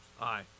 Aye